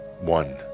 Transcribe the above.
One